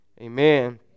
Amen